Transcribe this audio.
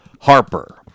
Harper